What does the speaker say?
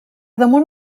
damunt